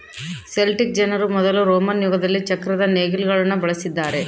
Celtic ಜನರು ಮೊದಲು Roman ಯುಗದಲ್ಲಿ ಚಕ್ರದ ನೇಗಿಲುಗುಳ್ನ ಬಳಸಿದ್ದಾರೆ